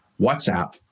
WhatsApp